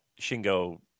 Shingo